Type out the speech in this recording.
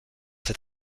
dans